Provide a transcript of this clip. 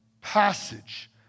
passage